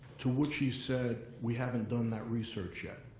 to which she said, we haven't done that research yet,